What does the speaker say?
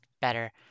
better